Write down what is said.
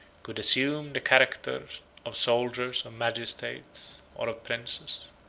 could assume the character of soldiers, of magistrates, or of princes.